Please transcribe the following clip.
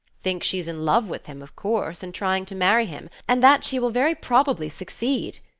think she's in love with him, of course, and trying to marry him, and that she will very probably succeed.